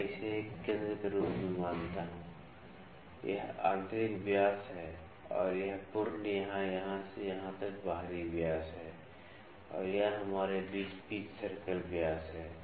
मैं इसे एक केंद्र के रूप में मानता हूं यह आंतरिक व्यास है और यह पूर्ण या यहां से यहां तक बाहरी व्यास है और यहां हमारे बीच पिच सर्कल व्यास है